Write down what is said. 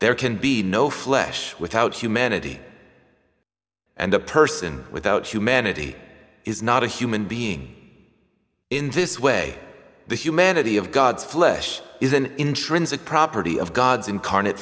there can be no flesh without humanity and a person without humanity is not a human being in this way the humanity of god's flesh is an intrinsic property of god's incarnate